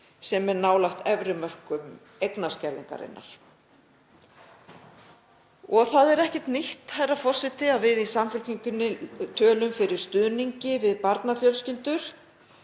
sem er nálægt efri mörkum eignaskerðingarinnar. Það er ekkert nýtt, herra forseti, að við í Samfylkingunni tölum fyrir stuðningi við barnafjölskyldur.